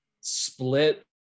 Split